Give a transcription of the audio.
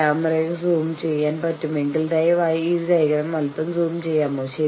അവർക്ക് ലഘുഭക്ഷണങ്ങൾ വാഗ്ദാനം ചെയ്യുക